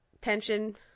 tension